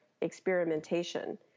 experimentation